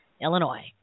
Illinois